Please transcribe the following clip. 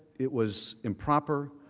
it was improper,